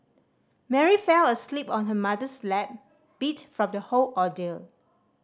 Mary fell asleep on her mother's lap beat from the whole ordeal